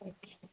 okay